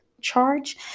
charge